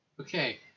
Okay